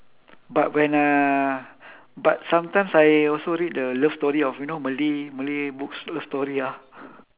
but when uh but sometimes I also read the love story of you know malay malay books love story ah